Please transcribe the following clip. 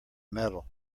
metal